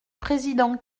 président